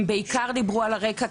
בעיקר דיברו על הרקע,